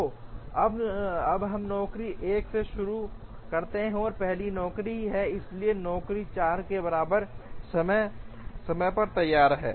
तो अब हम नौकरी 1 से शुरू करते हैं पहली नौकरी इसलिए नौकरी 4 के बराबर समय पर तैयार है